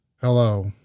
Hello